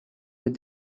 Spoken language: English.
with